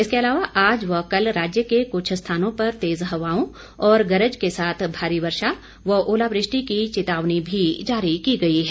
इसके अलावा आज व कल राज्य के कुछ स्थानों पर तेज हवाओं व गरज के साथ भारी वर्षा और ओलावृष्टि की चेतावनी भी जारी की गई है